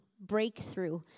breakthrough